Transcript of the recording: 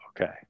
Okay